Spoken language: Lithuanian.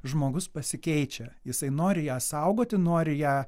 žmogus pasikeičia jisai nori ją saugoti nori ją